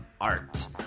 art